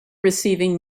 receiving